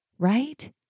Right